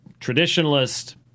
traditionalist